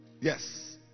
Yes